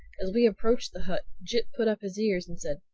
as we approached the hut jip put up his ears and said,